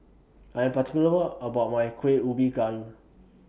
I Am particular about My Kueh Ubi Kayu